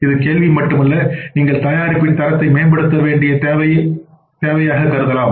இது கேள்வி மட்டுமல்ல அல்லது நீங்கள் தயாரிப்பின் தரத்தை மேம்படுத்த வேண்டிய தேவையாக இருக்கலாம்